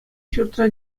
ҫуртра